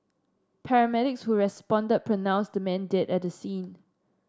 paramedics who responded pronounced the man dead at the scene